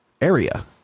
area